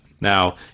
Now